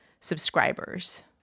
subscribers